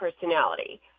personality